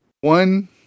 one